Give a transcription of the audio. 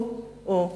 או-או.